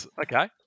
Okay